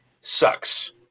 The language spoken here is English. sucks